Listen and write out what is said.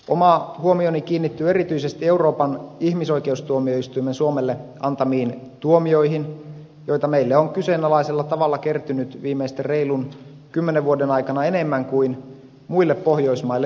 oma huomioni kiinnittyi erityisesti euroopan ihmisoikeustuomioistuimen suomelle antamiin tuomioihin joita meille on kyseenalaisella tavalla kertynyt viimeisten reilun kymmenen vuoden aikana enemmän kuin muille pohjoismaille yhteensä